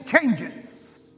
changes